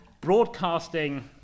broadcasting